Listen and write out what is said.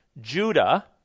Judah